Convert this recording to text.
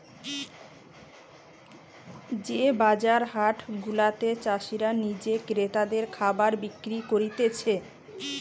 যে বাজার হাট গুলাতে চাষীরা নিজে ক্রেতাদের খাবার বিক্রি করতিছে